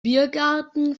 biergarten